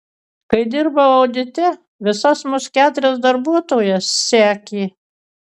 kai dirbau audite visas mus keturias darbuotojas sekė